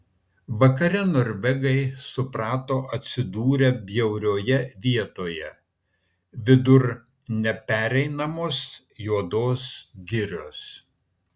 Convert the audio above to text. vakare norvegai suprato atsidūrę bjaurioje vietoje vidur nepereinamos juodos girios